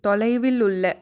தொலைவில் உள்ள